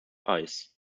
ice